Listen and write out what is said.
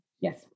Yes